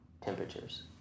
temperatures